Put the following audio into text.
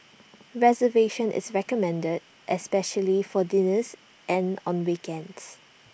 reservation is recommended especially for dinners and on weekends